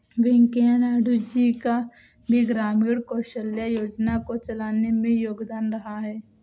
वैंकैया नायडू जी का भी ग्रामीण कौशल्या योजना को चलाने में योगदान रहा है